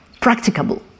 practicable